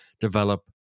develop